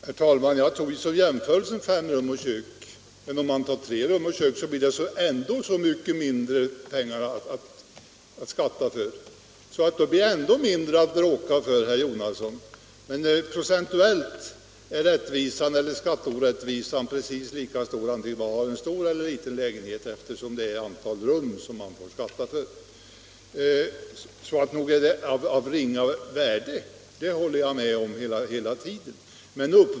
Herr talman! Jag tog som jämförelse fem rum och kök. Om man tar tre rum och kök blir det en ännu mindre förmån att skatta för och ännu mindre att bråka om, herr Jonasson. Procentuellt är skatteorättvisan lika stor antingen man har en stor eller en liten lägenhet, eftersom det är antalet rum man får skatta för. Så nog är förmånerna av ringa värde, det håller jag med om.